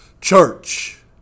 church